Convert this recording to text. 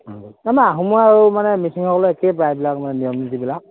মানে আহোম আৰু মানে মিচিংসকলৰ একে প্ৰায়বিলাক নিয়ম নীতি বিলাক